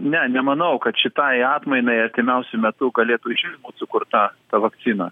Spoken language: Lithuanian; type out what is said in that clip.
ne nemanau kad šitai atmainai artimiausiu metu galėtų išvis būt sukurta ta vakcina